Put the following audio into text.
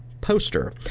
poster